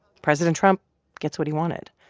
president trump gets what he wanted.